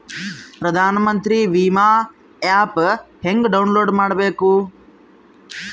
ಪ್ರಧಾನಮಂತ್ರಿ ವಿಮಾ ಆ್ಯಪ್ ಹೆಂಗ ಡೌನ್ಲೋಡ್ ಮಾಡಬೇಕು?